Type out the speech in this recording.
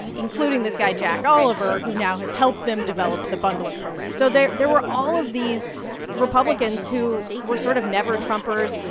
including this guy jack oliver, who now has helped them develop the bundler program. so there there were all of these republicans who were sort of never-trumpers.